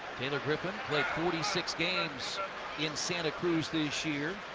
taylor griffin played forty six games in santa cruz this year.